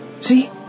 See